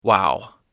Wow